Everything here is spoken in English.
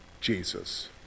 Jesus